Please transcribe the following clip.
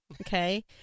Okay